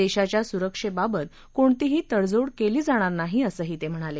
देशाच्या सुरक्षेबाबत कोणतीही तडजोड केली जाणार नाही असंही ते म्हणाले